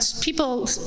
people